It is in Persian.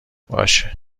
باشه